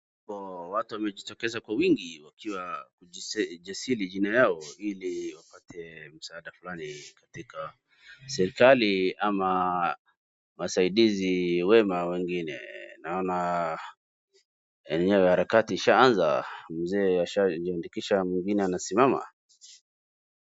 Hapo watu wamejitokeza kwa wingi wakiwa kujisajili jina yao ili wapate msaada fulani katika serikali ama wasaidizi wema wengine. Naona enyewe harakati ishaanza. Mzee ashajiandikisha mwingine anasimama.